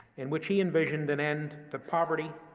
in which he envisioned an end to poverty,